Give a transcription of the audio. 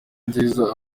nziza